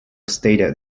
stated